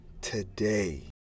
today